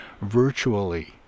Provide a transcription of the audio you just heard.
virtually